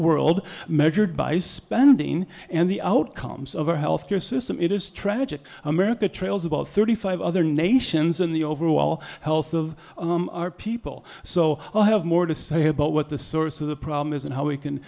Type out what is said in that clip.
world measured by spending and the outcomes of our health care system it is tragic america trails about thirty five other nations in the overall health of our people so i'll have more to say about what the source of the problem is and how we can